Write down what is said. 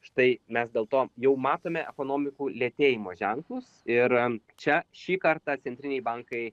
štai mes dėl to jau matome ekonomikų lėtėjimo ženklus ir čia šį kartą centriniai bankai